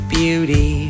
beauty